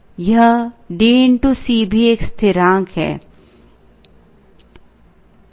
यह D C भी एक स्थिरांक है